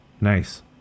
Nice